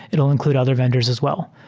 it'll include other vendors as wel